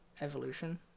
evolution